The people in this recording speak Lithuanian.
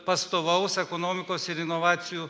pastovaus ekonomikos ir inovacijų